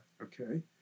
okay